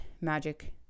magic